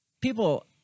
people